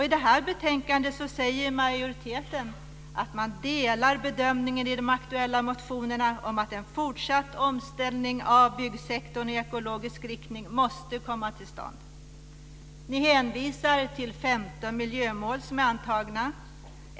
I det här betänkandet säger majoriteten att man delar bedömningen i de aktuella motionerna om att en fortsatt omställning av byggsektorn i ekologisk riktning måste komma till stånd. Ni hänvisar till 15 antagna miljömål.